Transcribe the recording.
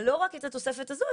אבל לא רק את התוספת הזו,